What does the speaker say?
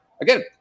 again